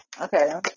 Okay